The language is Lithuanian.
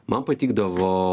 man patikdavo